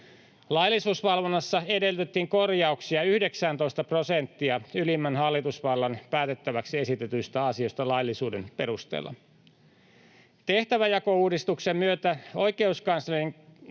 Laillisuusvalvonnassa edellytettiin korjauksia 19 prosenttiin ylimmän hallitusvallan päätettäväksi esitetyistä asioista laillisuuden perusteella. Tehtäväjakouudistuksen myötä oikeuskanslerin